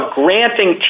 granting